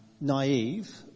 naive